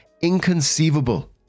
Inconceivable